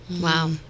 Wow